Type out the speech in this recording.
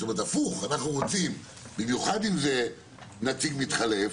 הפוך, אנחנו רוצים ובמיוחד אם זה נציג מתחלף,